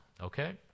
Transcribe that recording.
okay